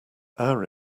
our